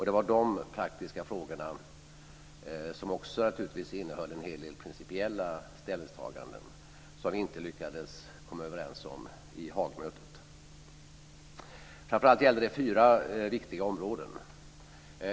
Det var de praktiska frågorna, som naturligtvis också innehöll en hel del principiella ställningstaganden, som vi inte lyckades komma överens om vid Haagmötet. Framför allt gällde det fyra viktiga områden.